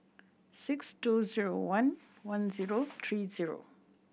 six two zero one one zero three zero